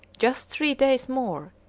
just three days more,